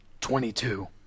Twenty-two